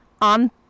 on